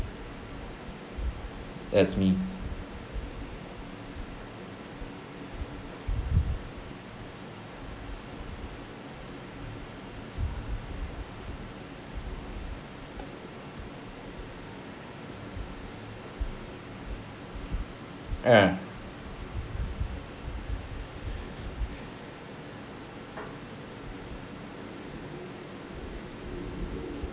that's me ya